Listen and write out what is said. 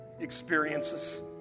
experiences